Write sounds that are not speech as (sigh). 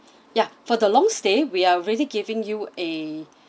ya for the long stay we are really giving you a (breath)